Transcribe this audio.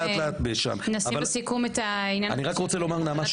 אני רק רוצה להגיד שוב נעמה,